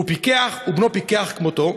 הוא פיקח ובנו פיקח כמותו,